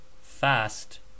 Fast